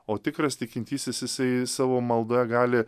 o tikras tikintysis jisai savo maldoje gali